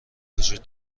وجود